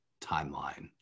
timeline